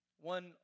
One